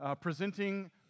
presenting